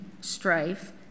strife